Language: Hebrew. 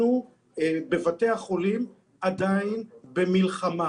בבתי החולים אנחנו עדיין במלחמה.